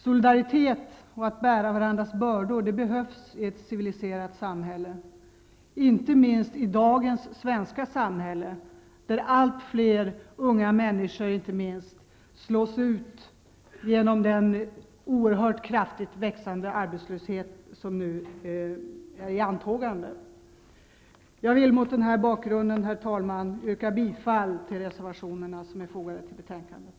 Solidaritet -- att bära varandras bördor -- behövs i ett civiliserat samhälle, inte minst i dagens svenska samhälle, där allt fler, inte minst unga, människor slås ut genom den nu oerhört kraftigt växande arbetslösheten. Jag vill mot den bakgrunden, herr talman, yrka bifall till reservationerna som är fogade till betänkandet.